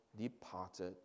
departed